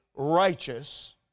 righteous